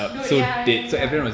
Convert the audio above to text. dude ya ya ya